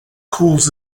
calls